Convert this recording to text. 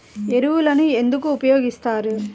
ఎరువులను ఎందుకు ఉపయోగిస్తారు?